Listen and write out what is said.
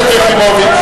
יחימוביץ.